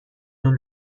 اون